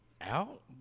Out